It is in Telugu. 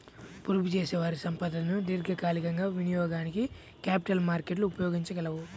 పొదుపుచేసేవారి సంపదను దీర్ఘకాలికంగా వినియోగానికి క్యాపిటల్ మార్కెట్లు ఉపయోగించగలవు